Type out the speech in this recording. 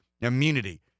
immunity